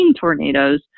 tornadoes